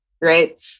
right